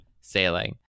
sailing